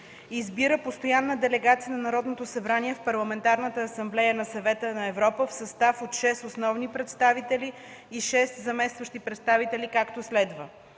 Избира постоянна делегация на Народното събрание в Парламентарната асамблея на Съвета на Европа в състав от 6 основни представители и 6 заместващи представители, както следва: